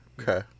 Okay